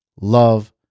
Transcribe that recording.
love